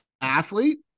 athlete